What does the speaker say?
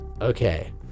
Okay